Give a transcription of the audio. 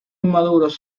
inmaduros